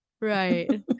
right